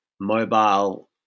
Mobile